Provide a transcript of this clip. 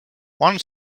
one